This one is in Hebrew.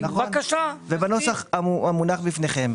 נכון ובנוסח שמונח בפניכם,